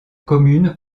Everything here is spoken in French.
commune